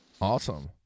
Awesome